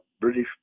British